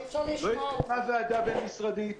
לא התקיימה ועדה בין-משרדית,